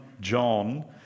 John